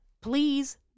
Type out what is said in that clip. please